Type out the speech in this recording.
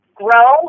grow